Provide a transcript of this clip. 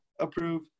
approve